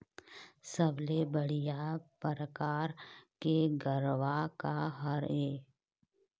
सबले बढ़िया परकार के गरवा का हर ये?